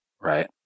Right